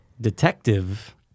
Detective